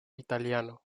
italiano